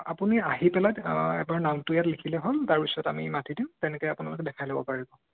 আপুনি আহি পেলাই এবাৰ নামটো ইয়াত লিখিলে হ'ল তাৰপিছত আমি মাতি দিম তেনেকৈ আপোনালোকে দেখাই ল'ব পাৰিব